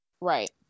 Right